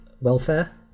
Welfare